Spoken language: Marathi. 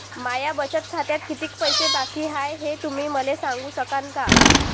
माया बचत खात्यात कितीक पैसे बाकी हाय, हे तुम्ही मले सांगू सकानं का?